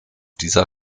dieser